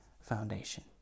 foundation